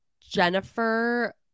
Jennifer